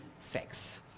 sex